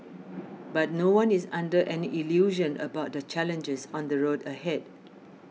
but no one is under any illusion about the challenges on the road ahead